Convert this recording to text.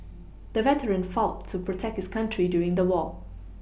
the veteran fought to protect his country during the war